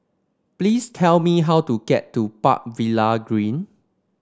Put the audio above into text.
please tell me how to get to Park Villa Green